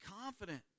confident